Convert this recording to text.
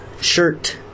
Shirt